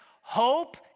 Hope